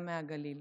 גם מהגליל.